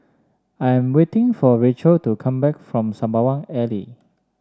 I am waiting for Racheal to come back from Sembawang Alley